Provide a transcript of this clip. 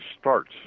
starts